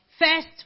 first